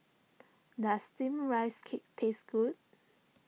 does Steamed Rice Cake taste good